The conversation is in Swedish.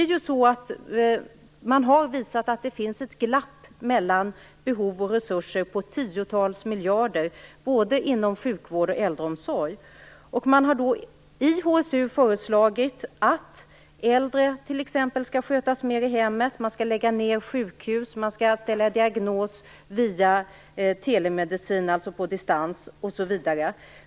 Man har visat att det finns ett glapp mellan behov och resurser på tiotals miljarder, både inom sjukvård och äldreomsorg. I HSU har man t.ex. föreslagit att äldre skall skötas mer i hemmet, man skall lägga ned sjukhus och man skall ställa diagnos via telemedicin, dvs. på distans, osv.